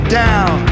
down